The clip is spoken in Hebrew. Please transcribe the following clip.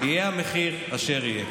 יהיה המחיר אשר יהיה.